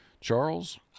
Charles